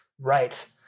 Right